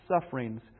sufferings